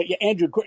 Andrew